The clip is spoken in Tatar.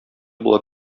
була